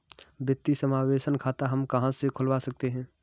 वित्तीय समावेशन खाता हम कहां से खुलवा सकते हैं?